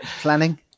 planning